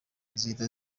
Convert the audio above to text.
zihita